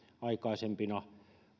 aikaisempina